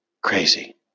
Crazy